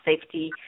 safety